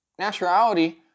naturality